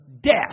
Death